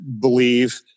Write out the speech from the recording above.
believe